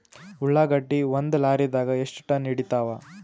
ಉಳ್ಳಾಗಡ್ಡಿ ಒಂದ ಲಾರಿದಾಗ ಎಷ್ಟ ಟನ್ ಹಿಡಿತ್ತಾವ?